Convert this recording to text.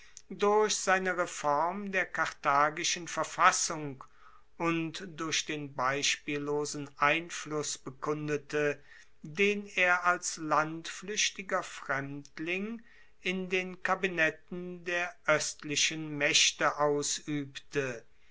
durch seine reform der karthagischen verfassung und durch den beispiellosen einfluss bekundete den er als iandfluechtiger fremdling in den kabinetten der oestlichen maechte ausuebte